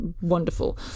wonderful